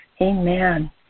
Amen